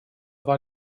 war